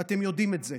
ואתם יודעים את זה,